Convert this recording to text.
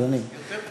אז אני נלחמתי,